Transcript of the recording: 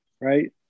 right